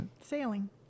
Sailing